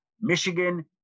Michigan